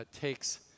takes